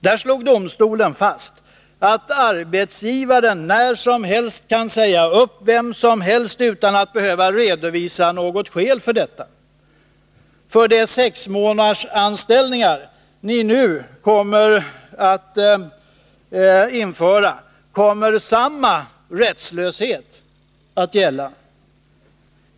Domstolen slog fast att arbetsgivaren när som helst kan säga upp vem som helst utan att behöva redovisa något skäl. För de sexmånadersanställningar som ni nu inför kommer samma rättslöshet att gälla.